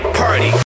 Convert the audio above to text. party